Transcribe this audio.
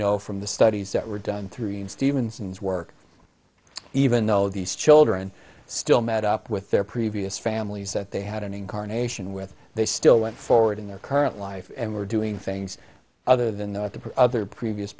know from the studies that were done through stevenson's work even though these children still met up with their previous families that they had an incarnation with they still went forward in their current life and were doing things other than that the other previous